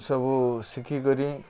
ସବୁ ଶିଖିକରି